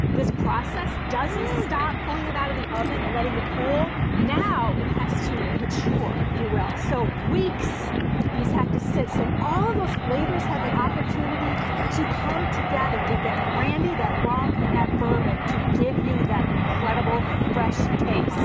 this process doesn't stop pulling it out of the oven and letting it cool. now it has to mature, if you will. so weeks these have to sit. so all of those flavors have the opportunity and to come together with that brandy, that rum and that bourbon, to give you that incredible fresh taste. wow.